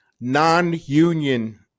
non-union